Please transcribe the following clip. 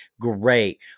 Great